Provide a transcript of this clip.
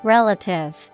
Relative